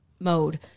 mode